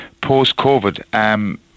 post-COVID